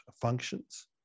functions